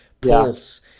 Pulse